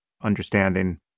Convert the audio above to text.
understanding